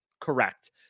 Correct